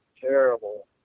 terrible